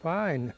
fine